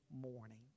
morning